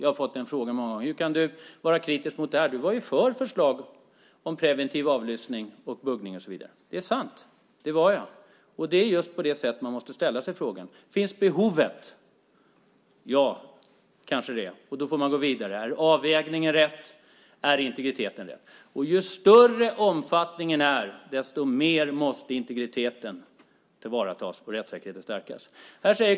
Jag har många gånger fått frågan: Hur kan du vara kritisk mot det här? Du var ju för förslaget om preventiv avlyssning och buggning. Det är sant. Det var jag. Det är just så man måste ställa sig frågan. Finns behovet? Det kanske det gör. Då får man gå vidare. Är avvägningen rätt? Är integriteten rätt? Ju större omfattningen är desto mer måste integriteten tillvaratas och rättssäkerheten stärkas.